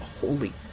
Holy